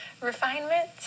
refinement